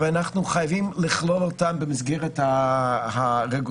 ואנחנו חייבים לכלול אותם במסגרת הרגולציה,